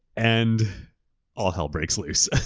and all hell breaks loose.